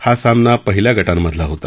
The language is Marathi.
हा सामना पहिल्या गटांमधला होता